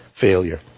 failure